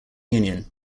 union